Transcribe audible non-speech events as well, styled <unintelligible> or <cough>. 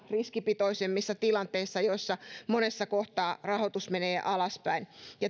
<unintelligible> riskipitoisemmissa tilanteissa joissa monessa kohtaa rahoitus menee alaspäin